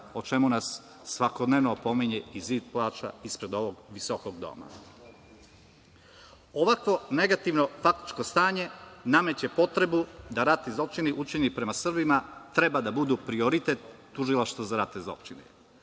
o čemu nas svakodnevno opominje i „Zid plača“ ispred ovog visokog doma. Ovakvo negativno faktičko stanje nameće potrebu da ratni zločini učinjeni prema Srbima treba da budu prioritet Tužilaštva za ratne